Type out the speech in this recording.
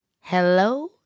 Hello